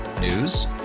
News